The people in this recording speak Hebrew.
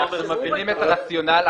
אנחנו מבינים את הרציונל,